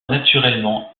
naturellement